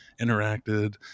interacted